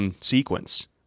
sequence